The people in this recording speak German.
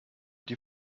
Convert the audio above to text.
die